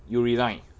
you resign